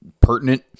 pertinent